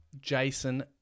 Jason